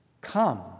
Come